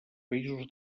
països